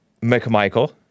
McMichael